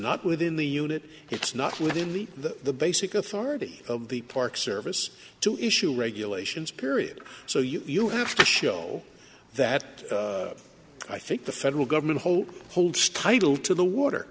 not within the unit it's not within the the basic authority of the park service to issue regulations period so you have to show that i think the federal government hold holds title to the water